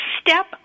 step